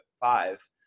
five